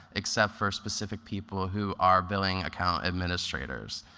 except for specific people who are billing account administrators.